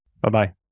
Bye-bye